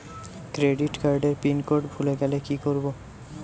Credit কার্ডের pin code ভুলে গেলে কি করব?